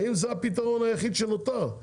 האם זה הפתרון היחיד שנותר?